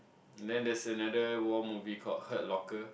then that's another war movie called Heart Locker